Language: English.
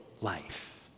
life